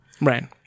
Right